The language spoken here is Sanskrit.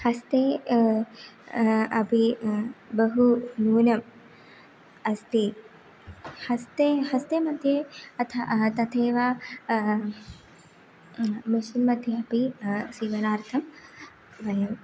हस्ते अपि बहु न्यूनम् अस्ति हस्ते हस्ते मध्ये अथ तथैव मिशिन् मध्ये अपि सीवनार्थं वयम्